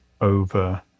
over